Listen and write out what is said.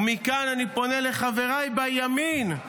ומכאן אני פונה לחבריי בימין,